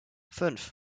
fünf